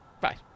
Bye